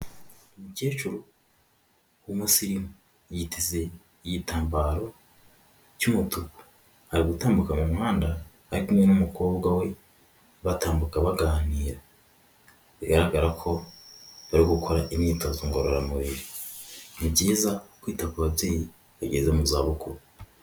Umukecuru w'umusirimu yiteze igitambaro cy'umutuku, ari gutambuka mu muhanda ari kumwe n'umukobwa we batambuka baganira, bigaragara ko bari gukora imyitozo ngororamubiri ni byiza kwita ku babyeyi bageze mu za bukuru.